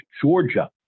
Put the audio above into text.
georgia